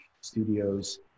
studios